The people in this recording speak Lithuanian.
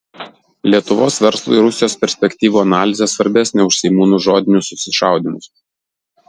lietuvos verslui rusijos perspektyvų analizė svarbesnė už seimūnų žodinius susišaudymus